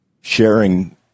sharing